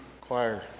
choir